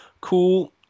cool